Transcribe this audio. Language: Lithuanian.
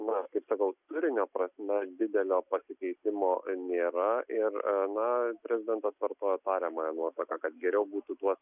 na kaip sakau turinio prasme didelio pasikeitimo nėra ir na prezidentas vartojo tariamąją nuosaką kad geriau būtų tuos